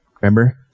Remember